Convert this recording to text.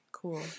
Cool